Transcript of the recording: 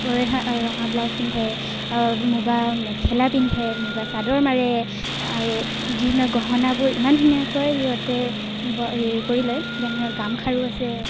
ৰিহা ৰঙা ব্লাউজ পিন্ধে মুগা মেখেলা পিন্ধে মুগা চাদৰ মাৰে আৰু যি ধৰণৰ গহনাবোৰ ইমান ধুনীয়াকৈ সিহঁতে হেৰি কৰি লয় যেনেদৰে গামখাৰু আছে